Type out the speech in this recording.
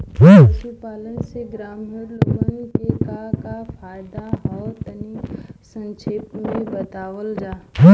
पशुपालन से ग्रामीण लोगन के का का फायदा ह तनि संक्षिप्त में बतावल जा?